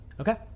Okay